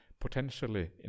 potentially